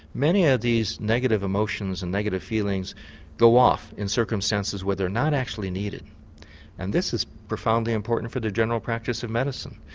many of these negative emotions and negative feelings go off in circumstances where they are not actually needed and this is profoundly important for the general practice of medicine.